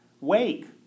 Wake